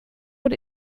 what